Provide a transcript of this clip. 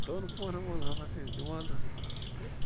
دۄن پورن منٛز ہسا چھِ أسۍ نیٚماز اَتھ پران تہٕ